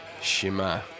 Shima